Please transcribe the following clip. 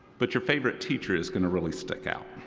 but your favorite teacher is going to really stick out.